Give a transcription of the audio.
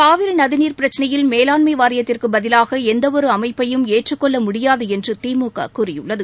காவிரி நதிநீர் பிரச்சினையில் மேலாண்மை வாரியத்திற்கு பதிவாக எந்தவொரு அமைப்பையும் ஏற்றுக் கொள்ள முடியாது என்று திமுக கூறியுள்ளது